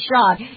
shot